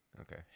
okay